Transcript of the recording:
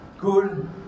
good